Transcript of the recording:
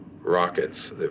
rockets